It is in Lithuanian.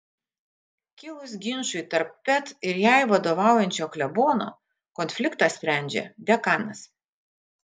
kilus ginčui tarp pet ir jai vadovaujančio klebono konfliktą sprendžia dekanas